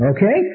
Okay